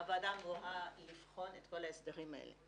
הוועדה אמורה לבחון את כל ההסדרים האלה,